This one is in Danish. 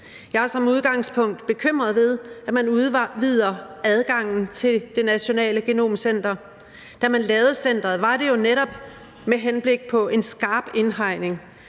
Jeg er som udgangspunkt bekymret over, at man udvider adgangen til det nationale genomcenter. Da man lavede centeret var det jo netop med henblik på en skarp indhegning